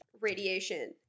radiation